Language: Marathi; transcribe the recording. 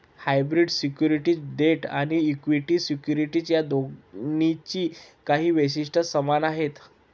हायब्रीड सिक्युरिटीज डेट आणि इक्विटी सिक्युरिटीज या दोन्हींची काही वैशिष्ट्ये समान आहेत